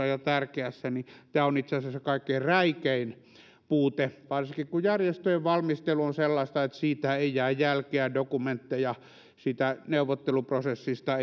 ja tärkeässä kysymyksenasettelussa itse asiassa kaikkein räikein puute varsinkin kun järjestöjen valmistelu on sellaista että siitä ei jää jälkeä tai dokumentteja siitä neuvotteluprosessista